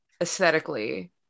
aesthetically